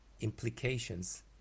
implications